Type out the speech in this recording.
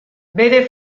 bere